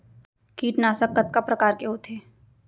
कीटनाशक कतका प्रकार के होथे?